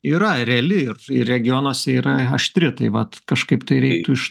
yra reali ir ir regionuose yra aštri tai vat kažkaip tai reiktų iš